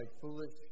foolish